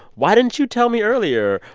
why didn't you tell me earlier?